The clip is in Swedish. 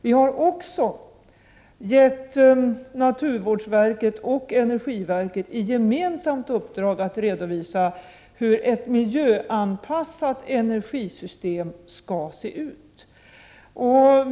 Vi har också gett naturvårdsverket och energiverket ett gemensamt uppdrag att redovisa hur ett miljöanpassat energisystem skall se ut.